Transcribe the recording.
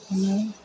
बेखौनो